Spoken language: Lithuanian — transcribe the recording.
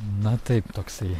na taip toksai